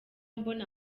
mbona